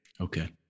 Okay